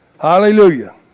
Hallelujah